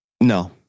No